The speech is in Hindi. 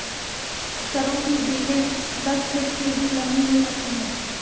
सरू की बेलें दस फीट से भी लंबी हो सकती हैं